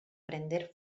prender